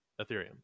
ethereum